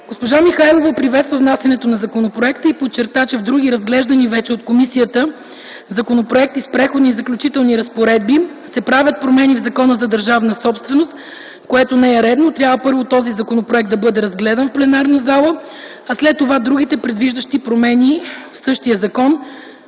Госпожа Михайлова приветства внасянето на законопроекта и подчерта, че в други разглеждани вече от Комисията по правни въпроси законопроекти с преходни и заключителни разпоредби се правят промени в Закона за държавната собственост, което не е редно. Трябва първо този законопроект да бъде разгледан в пленарна зала, а след това другите, предвиждащи промени в същия закон,